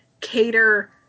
cater